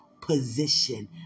position